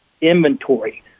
inventory